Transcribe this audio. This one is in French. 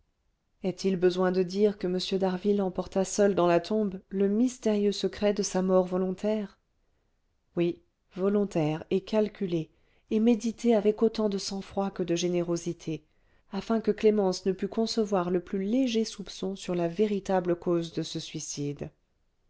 est-il besoin de dire que m d'harville emporta seul dans la tombe le mystérieux secret de sa mort volontaire oui volontaire et calculée et méditée avec autant de sang-froid que de générosité afin que clémence ne pût concevoir le plus léger soupçon sur la véritable cause de ce suicide